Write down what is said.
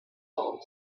gold